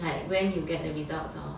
like when you get the results of